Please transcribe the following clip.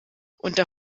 unter